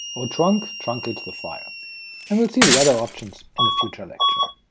o trunc truncates the file and we'll see the other options in the future lecture.